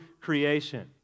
creation